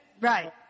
Right